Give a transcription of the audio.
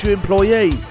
employee